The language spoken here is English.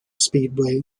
speedway